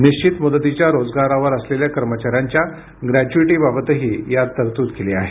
निश्चित मुदतीच्या रोजगारावर असलेल्या कर्मचाऱ्यांच्या ग्रॅच्युईटीबाबतही यात तरतूद केली आहे